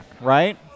right